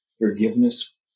forgiveness